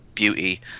beauty